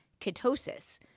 ketosis